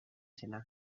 zena